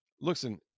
Listen